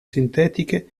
sintetiche